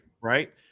Right